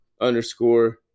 underscore